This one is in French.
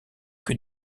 que